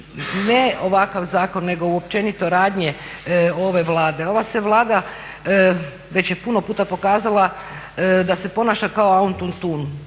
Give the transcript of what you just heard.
ne ovakav zakon nego općenito radnje ove Vlade. Ova je Vlada već puno puta pokazala da se ponaša kao Antun-Tun,